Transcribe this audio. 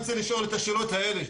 אני רוצה לשאול את השאלות האלה,